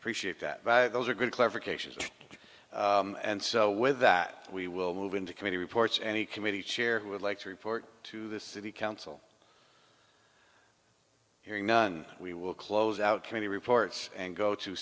appreciate that those are good clarification and so with that we will move into committee reports any committee chair who would like to report to the city council hearing none we will close out committee reports and go to